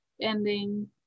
ending